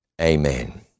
amen